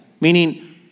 meaning